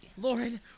Lauren